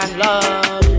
love